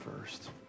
first